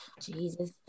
Jesus